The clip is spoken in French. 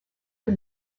que